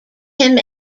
him